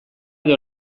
edo